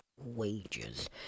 wages